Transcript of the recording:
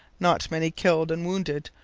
not many killed and wounded,